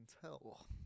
tell